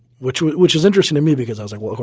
which which is interesting to me because i was like well, of